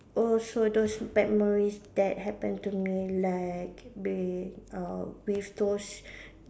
also those memories that happen to me like ba~ uh with those